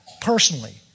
Personally